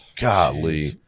Golly